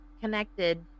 connected